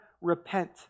repent